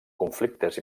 conflictes